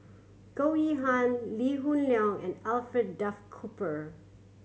Goh Yihan Lee Hoon Leong and Alfred Duff Cooper